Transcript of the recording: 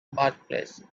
birthplace